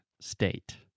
state